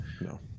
No